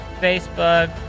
Facebook